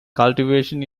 cultivation